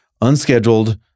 unscheduled